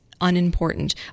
unimportant